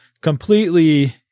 completely